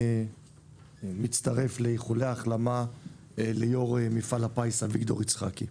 אני מצטרף לאיחולי ההחלמה ליו"ר מפעל הפיס אביגדור יצחקי.